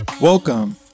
Welcome